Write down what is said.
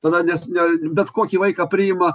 tada nes ne bet kokį vaiką priima